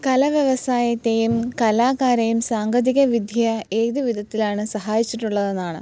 കലാവ്യവസായത്തേയും കലാകാരെയും സാങ്കേതിക വിധ്യ ഏതുവിധത്തിലാണ് സഹായിച്ചിട്ടുള്ളതെന്നാണ്